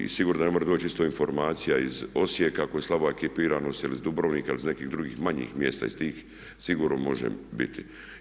I sigurno ne može doći isto informacija iz Osijeka ako je slaba ekipiranost ili iz Dubrovnika ili iz nekih drugih manjih mjesta, iz tih sigurno može biti.